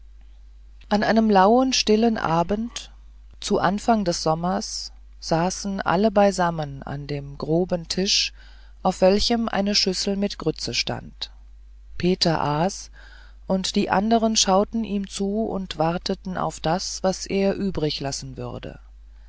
an einem lauen stillen abend zu anfang des sommers saßen alle beisammen an dem groben tisch auf welchem eine schüssel mit grütze stand peter aß und die anderen schauten ihm zu und warteten auf das was er übrig lassen würde